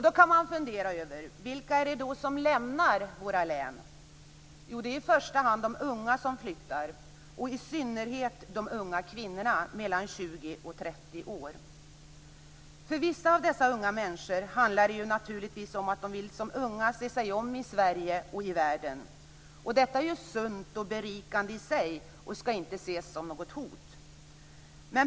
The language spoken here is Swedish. Då kan man fundera över vilka det är som lämnar våra län. Jo, i första hand är det de unga som flyttar, och i synnerhet de unga kvinnorna mellan 20 och 30 år. För vissa av dessa unga människor handlar det naturligtvis om att de som unga vill se sig om i Sverige och i världen. Detta är ju sunt och berikande i sig och skall inte ses som något hot.